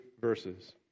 verses